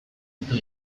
ditu